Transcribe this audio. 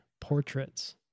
portraits